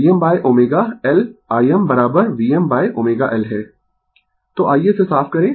Refer Slide Time 1544 तो आइये इसे साफ करें